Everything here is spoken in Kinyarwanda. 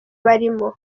barimo